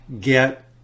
get